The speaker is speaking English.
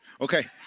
Okay